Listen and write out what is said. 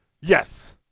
Yes